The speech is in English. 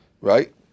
right